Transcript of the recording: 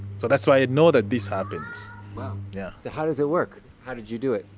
so that's why i know that this happens wow. yeah so how does it work? how did you do it?